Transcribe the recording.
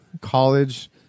college